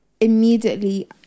immediately